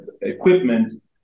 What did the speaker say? equipment